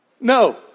No